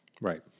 Right